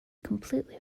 completely